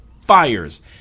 fires